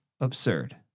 absurd